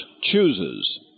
chooses